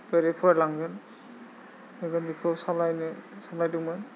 बोरै फरायलांगोन एबा बेखौ सामलायनो सानबायदोंमोन